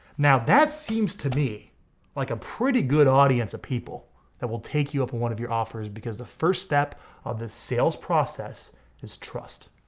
now, that seems to me like a pretty good audience of people that will take you up on one of your offers because the first step of the sales process is trust.